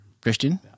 Christian